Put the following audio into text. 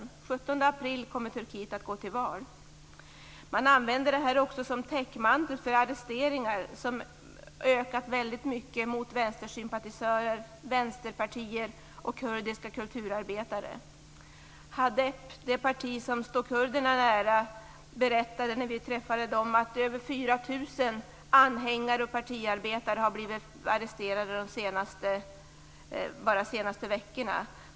Den 17 april kommer Turkiet att gå till val. Man använder också det här som täckmantel för arresteringar. De har ökat mycket när det gäller vänstersympatisörer, vänsterpartier och kurdiska kulturarbetare. Hadep är ett parti som står kurderna nära. De berättade när vi träffade dem att över 4 000 anhängare och partiarbetare har blivit arresterade bara de senaste veckorna.